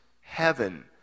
heaven